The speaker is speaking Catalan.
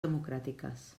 democràtiques